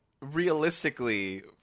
realistically